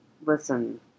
Listen